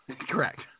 Correct